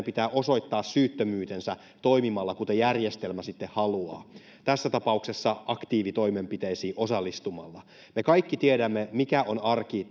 pitää osoittaa syyttömyytensä toimimalla kuten järjestelmä haluaa tässä tapauksessa aktiivitoimenpiteisiin osallistumalla me kaikki tiedämme mikä on arki